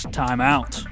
timeout